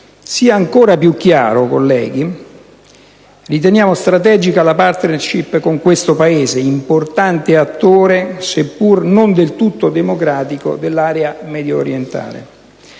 Sia ancora più chiaro, colleghi, che riteniamo strategica la *partnership* con questo Paese, importante attore, seppur non del tutto democratico, dell'area mediorientale.